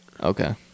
Okay